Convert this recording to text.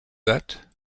that